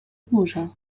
burza